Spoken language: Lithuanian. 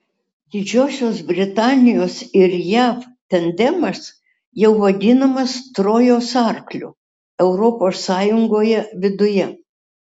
didžiosios britanijos ir jav tandemas jau vadinamas trojos arkliu europos sąjungoje viduje